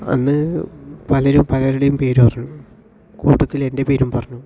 അന്ന് പലരും പലരുടെയും പേര് പറഞ്ഞു കൂട്ടത്തില് എൻ്റെ പേരും പറഞ്ഞു